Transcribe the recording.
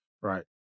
Right